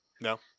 No